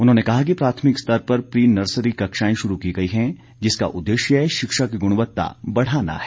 उन्होंने कहा कि प्राथमिक स्तर पर प्री नर्सरी कक्षाएं शुरू की गई हैं जिसका उद्देश्य शिक्षा की गुणवत्ता बढ़ाना है